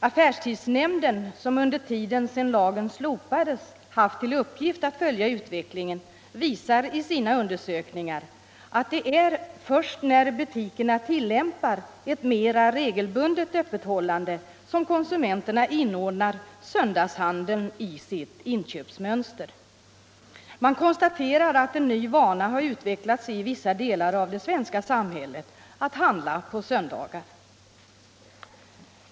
Affärstidsnämnden, som under tiden efter det att lagen slopades haft till uppgift att följa utvecklingen, visar i sina undersökningar att det är först när butikerna tillämpar ett mera regelbundet öppethållande som konsumenterna inordnar söndagshandeln i sitt inköpsmönster. Man konstaterar att en ny vana har utvecklats i vissa delar av det svenska samhället, ”att handla på söndagar”.